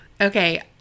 Okay